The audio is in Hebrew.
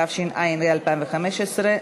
התשע"ה 2015,